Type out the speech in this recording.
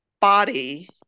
body